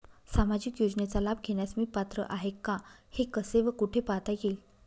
सामाजिक योजनेचा लाभ घेण्यास मी पात्र आहे का हे कसे व कुठे पाहता येईल?